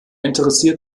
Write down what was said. interessiert